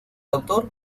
autor